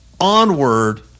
onward